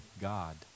God